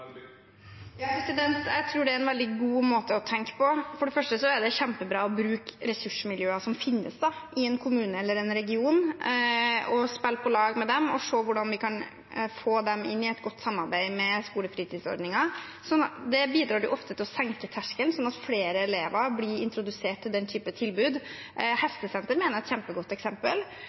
Jeg tror det er en veldig god måte å tenke på. For det første er det kjempebra å bruke ressursmiljøer som finnes i en kommune eller i en region, spille på lag med dem og se hvordan man kan få dem inn i et godt samarbeid med skolefritidsordningen. Det bidrar ofte til å senke terskelen, slik at flere elever blir introdusert til den typen tilbud. Hestesenter mener jeg er et kjempegodt eksempel.